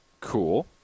Cool